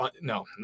no